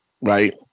right